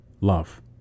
love